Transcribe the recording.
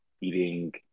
eating